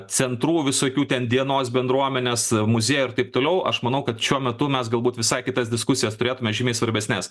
centrų visokių ten dienos bendruomenės muziejų ir taip toliau aš manau kad šiuo metu mes galbūt visai kitas diskusijos turėtume žymiai svarbesnes